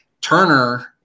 Turner